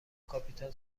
کاپیتان